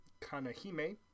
Kanahime